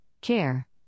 Care